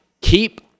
keep